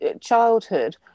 childhood